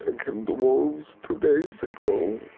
ah killed the wolves two days ago.